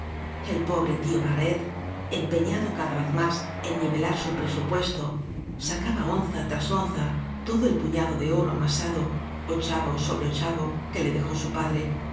el pobre tío barret empeñado cada vez más en nivelar su presupuesto sacaba onza tras onza todo el puñado de oro amasado ochavo sobre ochavo que le dejó su padre